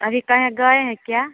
अभी कहीं गई हैं क्या